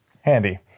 handy